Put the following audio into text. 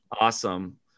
Awesome